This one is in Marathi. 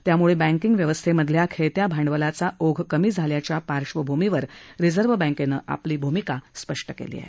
त्यामुळे बँकिंग व्यवस्थेमधल्या खेळत्या भांडवलाचा ओघ कमी झाल्याच्या पार्श्वभूमीवर रिझर्व बँकेनं आपली भ्मिका स्पष्ट केली आहे